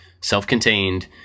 self-contained